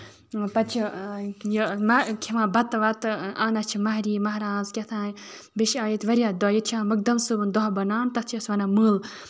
پَتہٕ چھِ یہِ یہِ نہ کھٮ۪وان بَتہٕ وَتہٕ اَنان چھِ مہریٖن مہراز کیاہ تام بیٚیہِ چھِ ییٚتہِ واریاہ دۄہ ییٚتہِ چھُ یِوان مخدوم صاحب دۄہ بنان تَتھ چھِ أسۍ وَنان مٲلہٕ